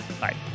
Bye